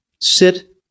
sit